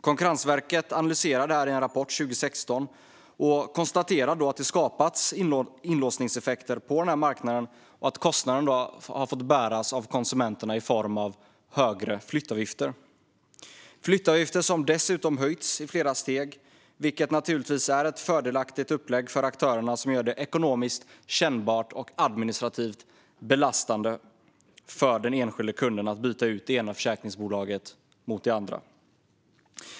Konkurrensverket analyserade detta i en rapport 2016 och konstaterade då att det skapats inlåsningseffekter på denna marknad och att kostnaden har fått bäras av konsumenterna i form av höga flyttavgifter. Dessa flyttavgifter har dessutom höjts i flera steg, vilket naturligtvis är ett fördelaktigt upplägg för aktörerna som gör det ekonomiskt kännbart och administrativt belastande för den enskilde kunden att byta ut det ena försäkringsbolaget mot det andra.